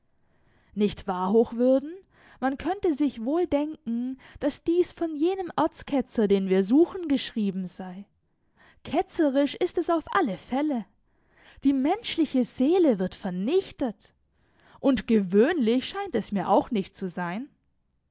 nicht wahr hochwürden man könnte sich wohl denken daß dies von jenem erzketzer den wir suchen geschrieben sei ketzerisch ist es auf alle fälle die menschliche seele wird vernichtet und gewöhnlich scheint es mir auch nicht zu sein